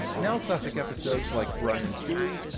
now-classic episodes like brian and stewie,